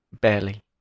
barely